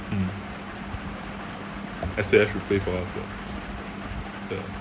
mm S_A_F should pay for us ah ya